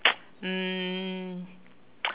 um